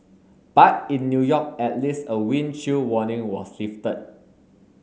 but in New York at least a wind chill warning was lifted